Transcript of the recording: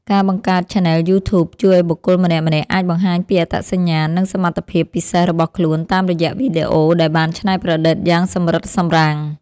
ការបង្កើតឆានែលយូធូប ជួយឱ្យបុគ្គលម្នាក់ៗអាចបង្ហាញពីអត្តសញ្ញាណ និងសមត្ថភាពពិសេសរបស់ខ្លួនតាមរយៈវីដេអូដែលបានច្នៃប្រឌិតយ៉ាងសម្រិតសម្រាំង។